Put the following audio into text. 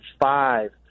five